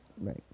right